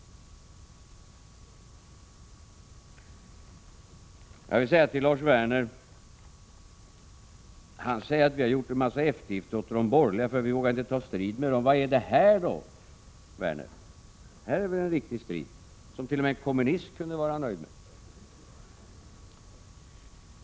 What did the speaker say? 12 december 1986 Jag vill fråga Lars Werner, när han säger att vi har gjort rn massa Z—- eftergifter åt de borgerliga och att vi inte vågar ta strid med dem: Vad är det här då, Lars Werner? Det här är väl en riktig strid, som t.o.m. en kommunist kunde vara nöjd med!